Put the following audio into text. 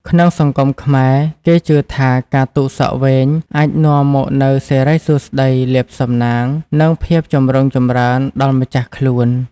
ក្នុងសង្គមខ្មែរ គេជឿថាការទុកសក់វែងអាចនាំមកនូវ សិរីសួស្តី លាភសំណាង និងភាពចម្រុងចម្រើន ដល់ម្ចាស់ខ្លួន។